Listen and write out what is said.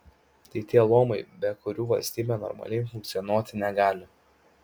tai tie luomai be kurių valstybė normaliai funkcionuoti negali